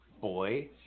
boy